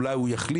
אולי הוא יחליף,